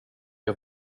jag